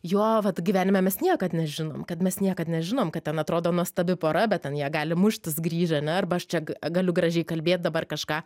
jo vat gyvenime mes niekad nežinom kad mes niekad nežinom kad ten atrodo nuostabi pora bet ten jie gali muštis grįžę ane arba aš čia galiu gražiai kalbėt dabar kažką